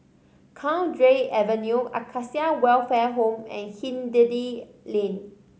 Cowdray Avenue Acacia Welfare Home and Hindhede Lane